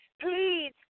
Please